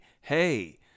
hey